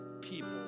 people